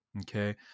Okay